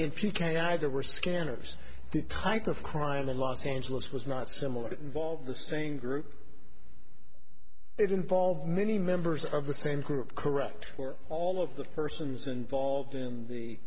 were scanners the type of crime in los angeles was not similar that involved the same group it involved many members of the same group correct all of the persons involved in the